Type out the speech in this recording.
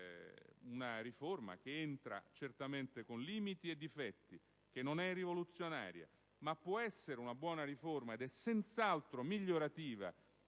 una riforma che certamente entra qui con limiti e difetti, che non è rivoluzionaria, che può essere una buona riforma ed è senz'altro migliorativa